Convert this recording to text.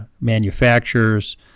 manufacturers